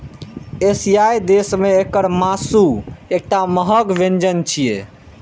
एशियाई देश मे एकर मासु एकटा महग व्यंजन छियै